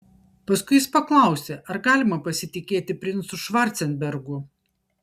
paskui jis paklausė ar galima pasitikėti princu švarcenbergu